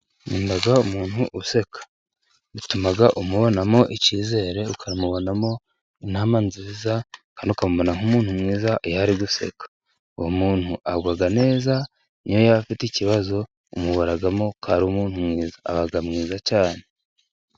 Nkunda umuntu useka bituma umubonamo icyizere, ukamubonamo inama nziza, kandi ukamubona nk'umuntu mwiza iyo aseka, uwo muntu agwa neza niyo yaba afite ikibazo umubonamo ko ari umuntu mwiza, aba mwiza cyane.